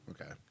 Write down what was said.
Okay